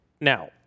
now